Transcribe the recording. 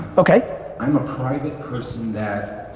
okay i'm a private person that